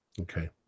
Okay